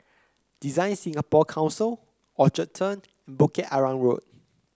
Design Singapore Council Orchard Turn and Bukit Arang Road